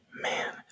Man